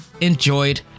enjoyed